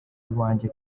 iwanjye